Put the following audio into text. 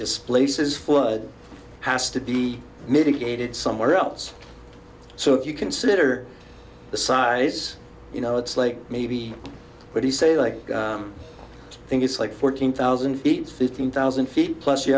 displaces flood has to be mitigated somewhere else so if you consider the size you know it's like maybe but he say like i think it's like fourteen thousand feet fifteen thousand feet plus you